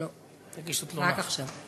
לא, רק עכשיו.